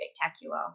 spectacular